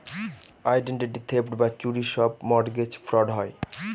identity theft বা চুরির সব মর্টগেজ ফ্রড হয়